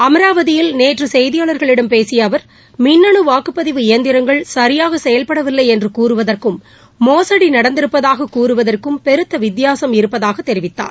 அமராவதியில் நேற்று செய்தியாளர்களிடம் பேசிய அவர் மின்னனு வாக்குப்பதிவு இயந்திரங்கள் சரியாக செயல்படவில்லை என்று கூறுவதற்கும் மோசடி நடந்திருப்பதாக கூறுவதற்கும் வித்தியாசும் இருப்பதாக தெரிவித்தார்